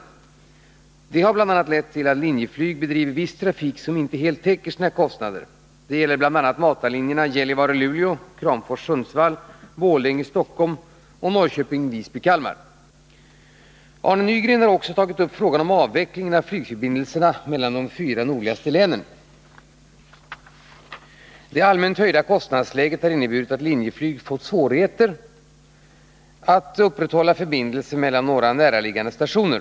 Detta har bl.a. lett till att LIN bedriver viss trafik som inte helt täcker sina kostnader. Det gäller bl.a. de s.k. matarlinjerna Gällivare-Luleå, Kramfors-Sundsvall, Borlänge-Stockholm och Norrköping-Visby-Kalmar. Arne Nygren har också tagit upp frågan om avvecklingen av flygförbindelserna mellan de fyra nordligaste länen. Det allmänt höjda kostnadsläget har inneburit att LIN fått svårigheter att upprätthålla förbindelserna mellan några näraliggande stationer.